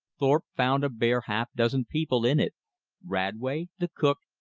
thorpe found a bare half dozen people in it radway, the cook,